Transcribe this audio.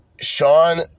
Sean